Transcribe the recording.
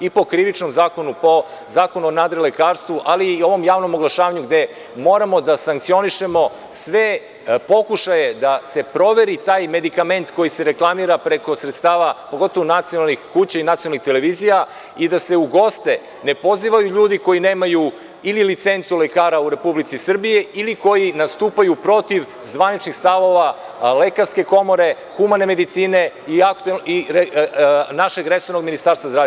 I po Krivičnom zakonu, po Zakonu o nadrilekarstvu, ali i ovom javnom oglašavanju gde moramo da sankcionišemo sve pokušaje da se proveri taj medikament koji se reklamira preko sredstava, pogotovu nacionalnih kuća i nacionalnih televizija i da se u goste ne pozivaju ljudi koji nemaju ili licencu lekara u Republici Srbiji ili koji nastupaju protiv zvaničnih stavova lekarske komore, humane medicine i našeg resornog Ministarstva zdravlja.